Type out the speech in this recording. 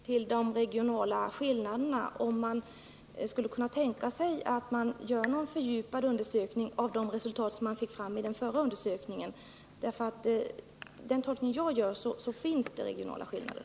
Herr talman! Jag vill återkomma än en gång till de regionala skillnaderna. Kan man tänka sig att göra en fördjupad undersökning av de resultat som kom fram i den förra undersökningen? Enligt den tolkning jag gör finns det nämligen regionala skillnader.